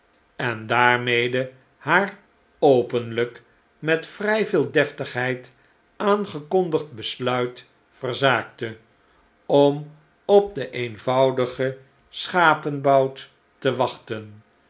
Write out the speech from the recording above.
en daarmede haar openlijk met vrij veel deftigheid aangekondigd besluit verzaakte om op den eenvoudigen schapebout te wachten